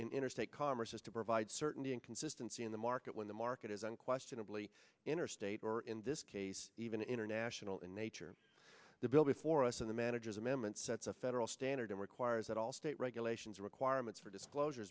interstate commerce is to provide certainty and consistency in the market when the market is unquestionably interstate or in this case even international in nature the bill before us in the manager's amendment sets a federal standard and requires that all state regulations requirements for disclosure